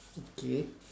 okay